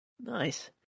Nice